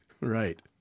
right